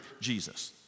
Jesus